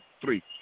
three